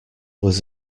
was